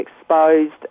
exposed